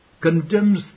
condemns